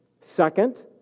Second